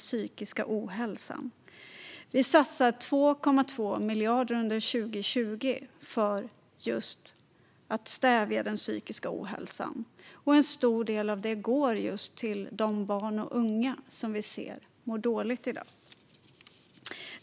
Regeringen satsar 2,2 miljarder under 2020 för att stävja den psykiska ohälsan, och en stor del av detta går till arbetet med barn och unga som mår dåligt.